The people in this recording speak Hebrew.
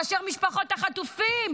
כאשר משפחות החטופים